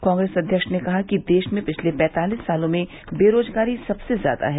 कांग्रेस अध्यक्ष ने कहा कि देश में पिछले पैंतालिस सालों में बेरोजगारी सबसे ज्यादा है